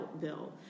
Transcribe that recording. bill